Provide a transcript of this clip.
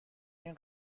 این